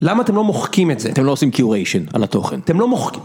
למה אתם לא מוחקים את זה, אתם לא עושים curation על התוכן, אתם לא מוחקים.